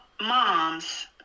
Moms